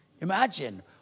imagine